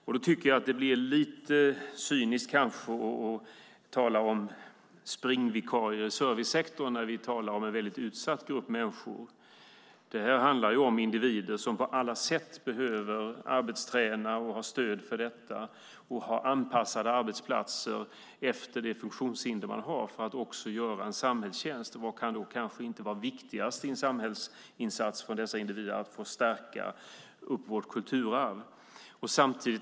Därför är det kanske lite cyniskt att tala om springvikarier i servicesektorn när vi talar om en mycket utsatt grupp människor. Det handlar om individer som på alla sätt behöver arbetsträna och få stöd för det och som behöver ha anpassade arbetsplatser utifrån det funktionshinder de har för att kunna göra en samhällsinsats. Vad kan vara viktigare än att dessa individer får möjlighet att göra en samhällsinsats genom att stärka vårt kulturarv?